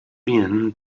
been